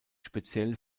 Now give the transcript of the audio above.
speziell